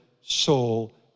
soul